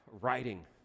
writing